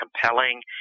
compelling